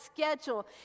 schedule